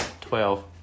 Twelve